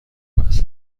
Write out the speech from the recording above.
است